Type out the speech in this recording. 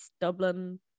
dublin